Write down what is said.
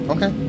Okay